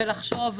לחשוב,